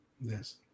Yes